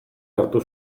hartu